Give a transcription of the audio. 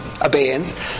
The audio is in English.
abeyance